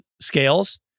scales